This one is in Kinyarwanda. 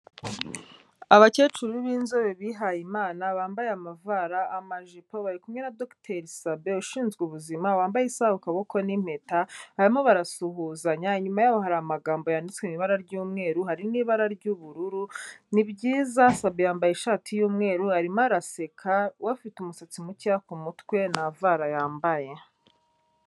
Abakecuru b'inzobe bihaye Imana bambaye amavara, amajipo, bari kumwe na Dr. Sabin ushinzwe ubuzima wambaye isaha ku kaboko n'impeta, barimo barasuhuzanya, inyuma yabo hari amagambo yanditswe mu ibara ry'umweru hari n'ibara ry'ubururu, ni byiza, Sabin yambaye ishati y'umweru arimo araseka, we afite umusatsi mukeya ku mutwe nta vara yambaye.